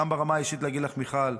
ברמה האישית אגיד לך, מיכל,